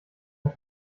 der